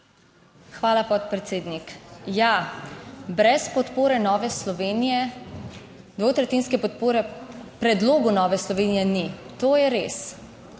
Hvala, podpredsednik. Ja, brez podpore Nove Slovenije, dvotretjinske podpore predlogu Nove Slovenije ni, to je res.